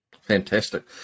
Fantastic